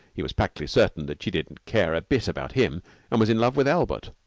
he was practically certain that she didn't care a bit about him and was in love with albert,